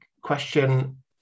question